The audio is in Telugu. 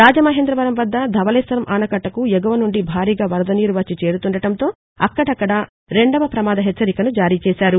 రాజమహేంద్రవరం వద్ద ధవళేశ్వరం ఆనకట్టకు ఎగువ నుండి భారీగా వరద నీరు వచ్చి చేరుతుండటంతో అక్కడక్కడా రెండవ ప్రమాద హెచ్చరికను జారీచేశారు